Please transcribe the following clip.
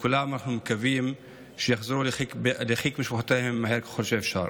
ואנחנו מקווים שכולם יחזרו לחיק משפחותיהם מהר ככל האפשר.